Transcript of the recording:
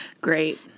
Great